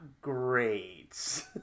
great